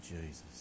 Jesus